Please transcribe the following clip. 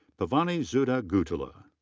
pavani sudha guttula.